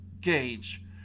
gauge